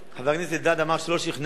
אז ננסה לשכנע אותו.